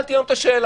שאלתי היום את השאלה,